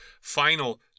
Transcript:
final